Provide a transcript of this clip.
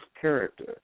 character